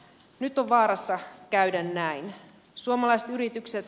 nyt on vaarassa käydä näin